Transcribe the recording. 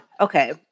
okay